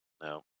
No